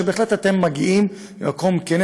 שבהחלט אתם מגיעים ממקום כן,